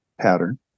pattern